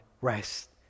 rest